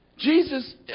Jesus